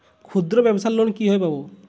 ক্ষুদ্রব্যাবসার লোন কিভাবে পাব?